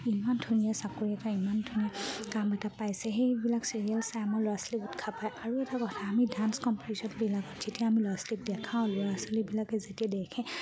ইমান ধুনীয়া চাকৰি একা ইমান ধুনীয়া কাম এটা পাইছে সেইবিলাক চিৰিয়েল চাই আমাৰ ল'ৰা ছোৱালীক উৎসাহ পায় আৰু এটা কথা আমি ডান্স কম্পিটিশ্যনবিলাকত যেতিয়া আমি ল'ৰা ছোৱালীক দেখাওঁ ল'ৰা ছোৱালীবিলাকে যেতিয়া দেখে